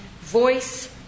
voice